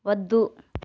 వద్దు